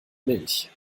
milch